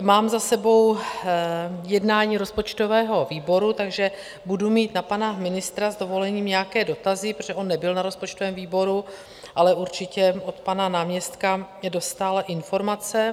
Mám za sebou jednání rozpočtového výboru, takže budu mít na pana ministra s dovolením nějaké dotazy, protože on nebyl na rozpočtovém výboru, ale určitě od pana náměstka dostal informace.